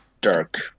dark